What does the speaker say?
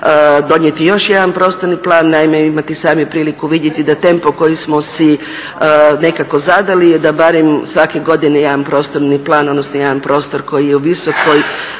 donijeti još jedan prostorni plan. Naime, imate i sami priliku vidjeti da tempo koji smo si nekako zadali je da barem svake godine jedan prostorni plan, odnosno jedan prostor koji je u visokoj